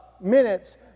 minutes